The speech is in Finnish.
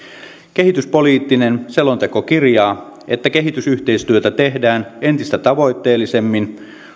kehityspoliittinen selonteko kirjaa että kehitysyhteistyötä tehdään entistä tavoitteellisemmin